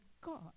God